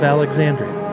Alexandria